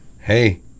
hey